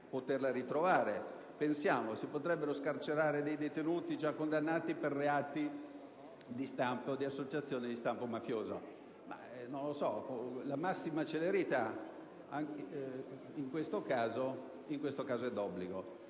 poterli ritrovare: magari si potrebbero scarcerare dei detenuti già condannati per reati di associazione di stampo mafioso. La massima celerità, in questo caso, è d'obbligo.